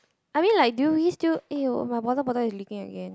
I mean like do you we still eh oh my water bottle is leaking again